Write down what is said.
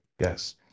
Yes